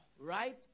right